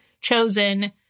chosen